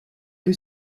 que